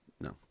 No